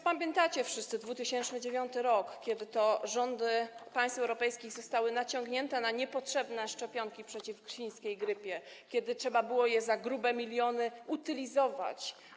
Pamiętacie wszyscy 2009 r., kiedy to rządy państw europejskich zostały naciągnięte na niepotrzebne szczepionki przeciw świńskiej grypie, kiedy trzeba było je za grube miliony utylizować.